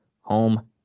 home